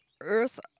earth